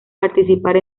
participar